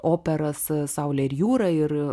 operas saulė ir jūra ir